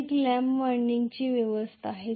ही एक lap winding ची व्यवस्था आहे